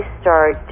start